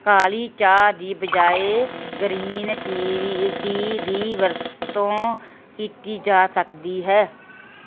ਕਾਲੀ ਚਾਹ ਦੀ ਬਜਾਏ ਗ੍ਰੀਨ ਟੀ ਵੀ ਟੀ ਦੀ ਵਰਤੋਂ ਕੀਤੀ ਜਾ ਸਕਦੀ ਹੈ